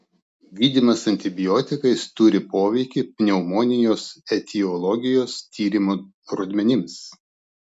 gydymas antibiotikais turi poveikį pneumonijos etiologijos tyrimo rodmenims